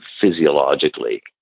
physiologically